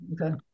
Okay